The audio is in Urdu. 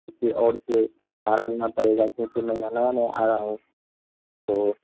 کسی اور سے سہارا لینا پڑے گا کیوںکہ میں یہاں نیا نیا آیا ہوں تو